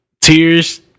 Tears